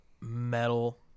metal